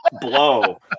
Blow